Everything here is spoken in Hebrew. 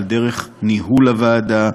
על דרך ניהול הוועדה,